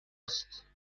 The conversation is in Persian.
است